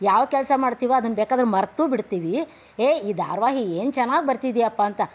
ಯಾವ ಕೆಲಸ ಮಾಡ್ತೀವೋ ಅದನ್ನು ಬೇಕಾದರೆ ಮರೆತು ಬಿಡ್ತೀವಿ ಏ ಈ ಧಾರಾವಾಹಿ ಏನು ಚೆನ್ನಾಗಿ ಬರ್ತಿದೆಯಪ್ಪಾ ಅಂತ